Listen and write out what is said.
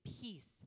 peace